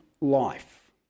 life